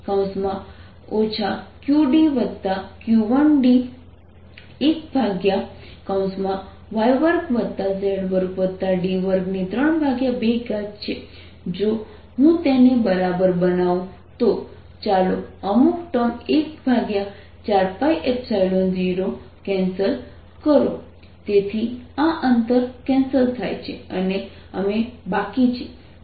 For x≤0 DkEx k4π0 q2 y2z2d232 For x ≥ 0 DEx 14π0 qdq1d 1y2z2d232 તેથી અંતર cancel થાય છે અને અમે બાકી છે